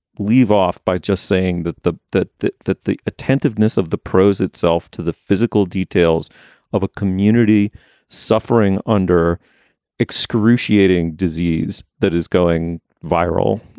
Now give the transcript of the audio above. leave off by just saying that the that that that the attentiveness of the prose itself to the physical details of a community suffering under excruciating disease that is going viral.